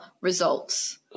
results